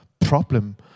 problem